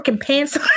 pants